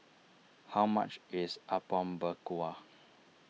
how much is Apom Berkuah